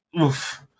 oof